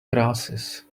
glasses